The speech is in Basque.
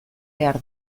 behar